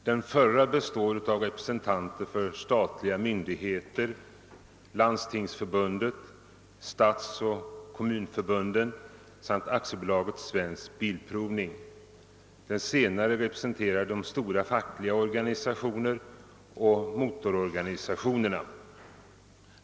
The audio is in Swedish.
Den förra består av representanter för statliga myndigheter, Landstingsförbundet, stadsoch kommunförbunden samt AB Svensk bilprovning. Den senare representerar de stora fackliga organisationerna och motororganisationerna.